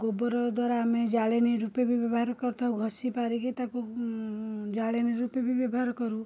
ଗୋବର ଦ୍ଵାରା ଆମେ ଜାଳେଣୀ ରୂପେ ବି ବ୍ୟବହାର କରିଥାଉ ଘଷି ପାରିକି ତାକୁ ଜାଳେଣୀ ରୂପେ ବି ବ୍ୟବହାର କରୁ